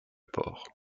port